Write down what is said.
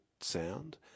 sound